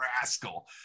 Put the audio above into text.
rascal